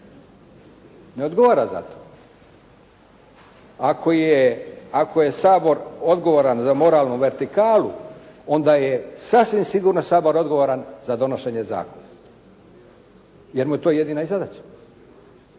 Ne odgovara za to. Ako je, ako je Sabor odgovoran za moralnu vertikalu onda je sasvim sigurno Sabor odgovoran za donošenje zakona jer mu je to jedina i zadaća.